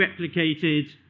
replicated